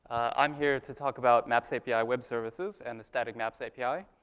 i'm here to talk about maps api web services and the static maps api.